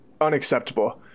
unacceptable